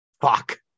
Fuck